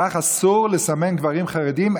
כך אסור לסמן גברים חרדים,